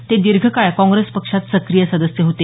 ते दिर्घकाळ काँग्रेस पक्षात सक्रिय सदस्य होते